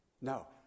No